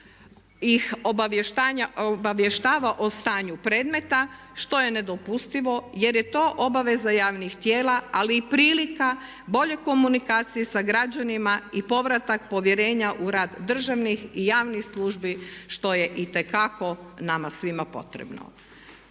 ih obavještava o stanju predmeta što je nedopustivo jer je to obaveza javnih tijela ali i prilika bolje komunikacije sa građanima i povratak povjerenja u rad državnih i javnih službi što je itekako nama svima potrebno.